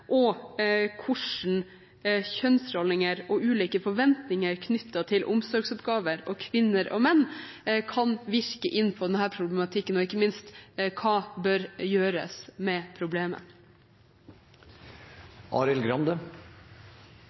og hvordan kjønnsroller og ulike forventninger knyttet til omsorgsoppgaver for kvinner og menn kan virke inn på denne problematikken, og ikke minst hva som bør gjøres med problemet.